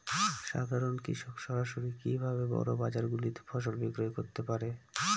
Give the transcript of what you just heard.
সাধারন কৃষক সরাসরি কি ভাবে বড় বাজার গুলিতে ফসল বিক্রয় করতে পারে?